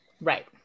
Right